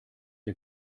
der